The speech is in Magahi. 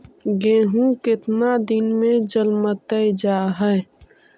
गेहूं केतना दिन में जलमतइ जा है?